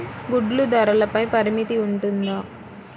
గుడ్లు ధరల పై పరిమితి ఉంటుందా?